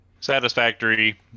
Satisfactory